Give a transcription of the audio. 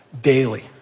daily